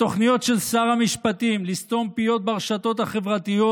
התוכניות של שר המשפטים לסתום פיות ברשתות החברתיות